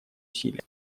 усилиям